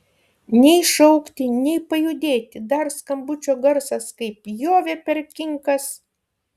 nei šaukti nei pajudėti dar skambučio garsas kaip pjovė per kinkas